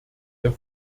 der